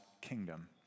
kingdom